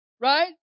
right